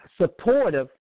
supportive